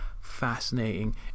fascinating